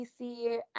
PC